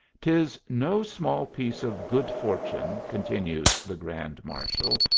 tis no small piece of good fortune, continued the grand marshal,